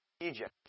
Egypt